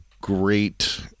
great